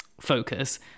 focus